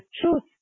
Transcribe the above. truth